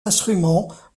instruments